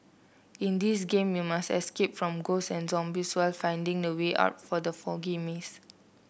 in this game you must escape from ghosts and zombies while finding the way out from the foggy maze